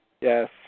Yes